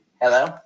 Hello